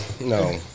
No